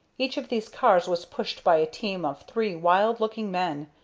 each of these cars was pushed by a team of three wild-looking men,